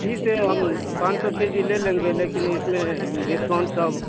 ठीक है हम पाँच सौ के जी ले लेंगे लेकिन इस में डिस्काउंट सब